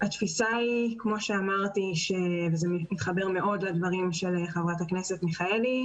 התפיסה מאוד מתחברת לדברי חברת הכנסת מיכאלי.